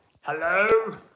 hello